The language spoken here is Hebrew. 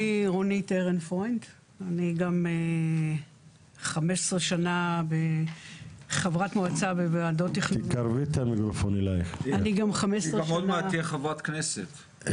אני גם 15 שנה חברת מועצה בוועדות --- היא גם עוד מעט תהיה חברת כנסת.